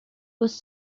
was